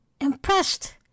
impressed